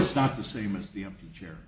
is not the same as the empty chair